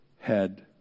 head